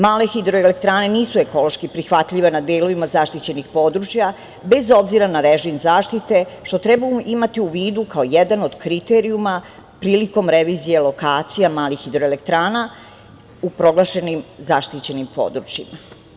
Male hidroelektrane nisu ekološki prihvatljive na delovima zaštićenih područja bez obzira na režim zaštite, što treba imati u vidu kao jedan od kriterijuma prilikom revizije lokacija malih hidroelektrana u proglašenim zaštićenim područjima.